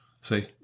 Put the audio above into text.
See